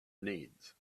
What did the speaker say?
needs